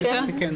כן.